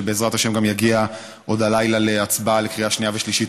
ובעזרת השם גם יגיע עוד הלילה להצבעה בקריאה שנייה ושלישית,